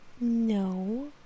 No